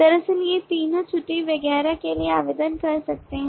दरअसल ये तीनों छुट्टी वगैरह के लिए आवेदन कर सकते हैं